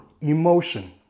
emotion